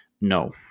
No